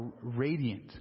radiant